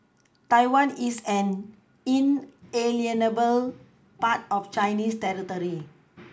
Taiwan is an inalienable part of Chinese territory